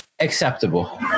acceptable